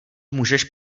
můžeš